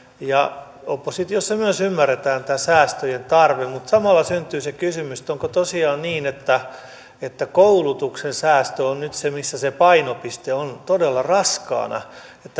oppositiossa myös ymmärretään tämä säästöjen tarve mutta samalla syntyy se kysymys onko tosiaan niin että että koulutuksesta säästö on nyt se missä se painopiste on todella raskaana